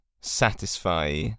satisfy